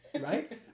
right